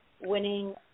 winning